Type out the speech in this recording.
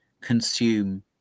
consume